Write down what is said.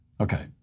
Okay